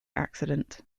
accident